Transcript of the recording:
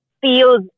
feels